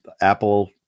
Apple